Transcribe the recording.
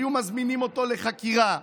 היו מזמינים אותו לחקירה,